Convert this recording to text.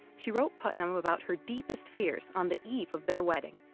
she wrote putnam about her deepest fears on the eve of their wedding.